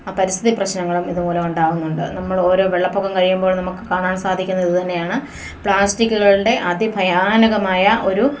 ആ പരിസ്ഥിതി പ്രശ്നങ്ങളും ഇതുമൂലം ഉണ്ടാകുന്നുണ്ട് നമ്മള് ഓരോ വെള്ളപൊക്കം കഴിയുമ്പോഴും നമുക്ക് കാണാൻ സാധിക്കുന്നതിത് തന്നെയാണ് പ്ലാസ്റ്റിക്കുകളുടെ അതിഭയാനകമായ ഒരു